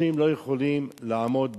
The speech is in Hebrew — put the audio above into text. אנשים לא יכולים לעמוד בנטל.